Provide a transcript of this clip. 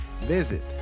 visit